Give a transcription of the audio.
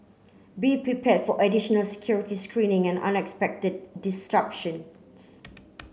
be prepared for additional security screening and unexpected disruptions